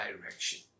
direction